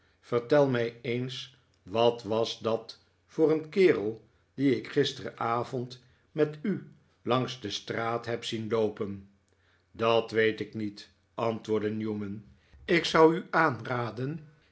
vertel mij eens wat was dat voor een kerel dien ik gisteravond met u langs de straat neb zien loopen dat weet ik niet antwoordde newman ik zou u aanraden